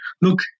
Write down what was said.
look